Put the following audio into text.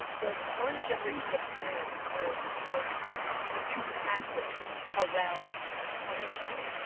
the current generation of parents are are being too passive around punishment,